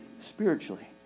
spiritually